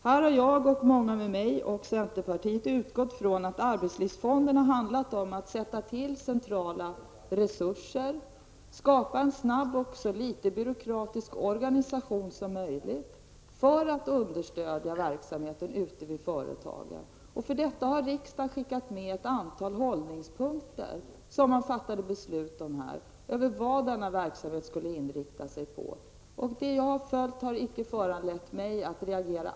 Här har jag, och många med mig, bl.a. centerpartiet, utgått från att arbetslivsfonden har handlat om att sätta till centrala resurser, skapa en snabb och så litet byråkratisk organisation som möjligt för att understödja verksamheten ute vid företagen. För detta har riksdagen skickat med ett antal förhållningspunkter, som man fattade beslut om här, över vad denna verksamhet skulle inrikta sig på. Det jag har följt har icke föranlett mig att reagera.